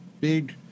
big